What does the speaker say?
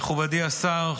מכובדי השר,